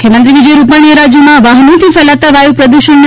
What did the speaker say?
મુખ્યમંત્રી શ્રી વિજયભાઇ રૂપાણીએ રાજ્યોમાં વાહનોથી ફેલાતા વાયુ પ્રદૂષણને